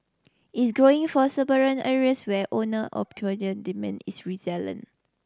is growing for suburban areas where owner demand is resilient